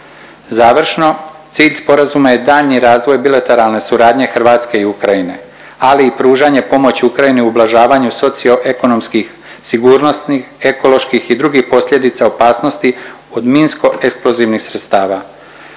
Završno, cilj sporazuma je daljnji razvoj bilateralne suradnje Hrvatske i Ukrajine ali i pružanje pomoći Ukrajini u ublažavanju socio-ekonomskih, sigurnosnih, ekoloških i drugih posljedica opasnosti od minsko eksplozivnih sredstava.